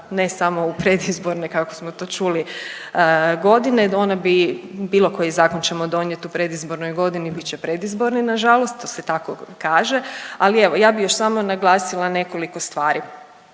ne samo u predizborne, kako smo to čuli, godine, ona bi, bilo koji zakon ćemo donijeti u predizbornoj godini, bit će predizborni, nažalost, to se tako kaže, ali evo, ja bih još samo naglasila nekoliko stvari.